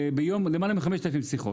ביום אחד היו לנו למעלה מ-5,000 שיחות.